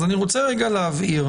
אז אני רוצה רגע להבהיר